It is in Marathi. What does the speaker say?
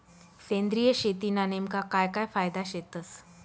सेंद्रिय शेतीना नेमका काय काय फायदा शेतस?